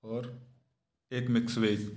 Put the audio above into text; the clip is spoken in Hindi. और एक मिक्स वेज